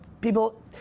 people